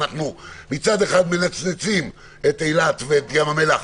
שמצד אחד מנצנצים את אילת ואת ים המלח,